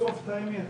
לחשוף את האמת.